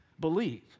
Believe